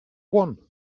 won